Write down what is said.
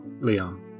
Leon